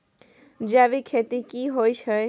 जैविक खेती की होए छै?